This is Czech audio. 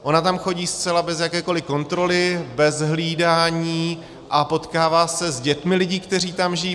Ona tam chodí zcela bez jakékoli kontroly, bez hlídání, a potkává se s dětmi lidí, kteří tam žijí.